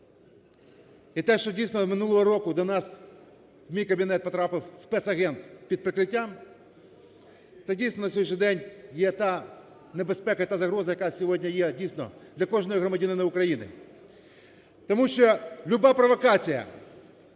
і те, що, дійсно, минулого року до нас, в мій кабінет потрапив спецагент під прикриттям, це, дійсно, на сьогоднішній день є та небезпека і та загроза, яка сьогодні є дійсно для кожного громадянина України. Тому що люба провокація,